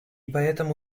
поэтому